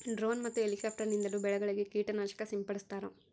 drone ಮತ್ತು helicopter ನಿಂದಲೂ ಬೆಳೆಗಳಿಗೆ ಕೀಟ ನಾಶಕ ಸಿಂಪಡಿಸ್ತಾರ